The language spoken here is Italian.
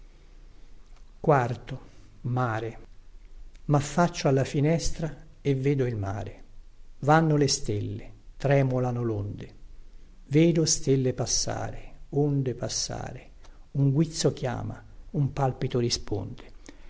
stelle doro maffaccio alla finestra e vedo il mare vanno le stelle tremolano londe vedo stelle passare onde passare un guizzo chiama un palpito risponde